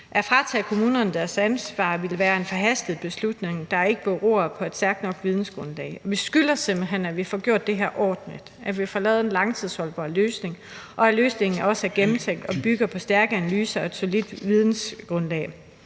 At fratage kommunerne deres ansvar ville være en forhastet beslutning, der ikke beror på et stærkt nok vidensgrundlag. Vi skylder simpelt hen, at vi får gjort det her ordentligt, at vi får lavet en langtidsholdbar løsning, og at løsningen også er gennemtænkt og bygger på stærke analyser og et solidt vidensgrundlag